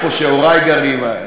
והורי גרים שם,